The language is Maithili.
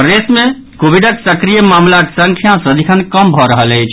प्रदेश मे कोविडक सक्रिय मामिलाक संख्या सदिखन कम भऽ रहल अछि